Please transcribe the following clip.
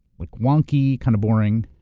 like wonky, kind of boring.